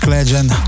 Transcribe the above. Legend